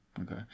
okay